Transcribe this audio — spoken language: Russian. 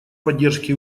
поддержке